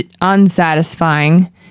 unsatisfying